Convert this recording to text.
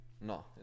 No